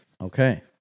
Okay